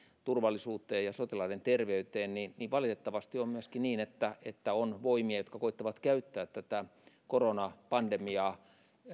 turvallisuuteen ja sotilaiden terveyteen valitettavasti on myöskin niin että että on voimia jotka koettavat käyttää tätä koronapandemiaa